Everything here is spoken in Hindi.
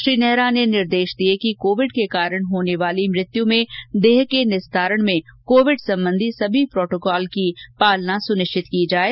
श्री नेहरा ने निर्देश दिए कि कोविड के कारण होने वाली मृत्यू में देह के निस्तारण में कोविड संबंधी समी प्रोटोकोल की पालना सुनिश्चित की जाये